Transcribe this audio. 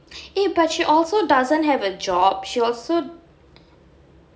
eh but she also doesn't have a job she also